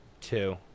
two